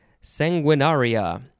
sanguinaria